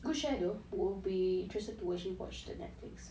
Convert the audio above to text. good share though will be interested to actually watch it on netflix